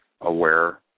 aware